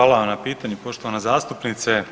Hvala vam na pitanju poštovana zastupnice.